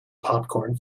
popcorn